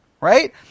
right